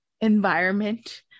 environment